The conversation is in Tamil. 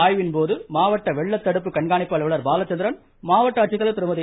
ஆய்வின் போது மாவட்ட வெள்ள தடுப்பு கண்காணிப்பு அலுவலர் பாலச்சந்திரன் மாவட்ட ஆட்சித்தலைவர் திருமதி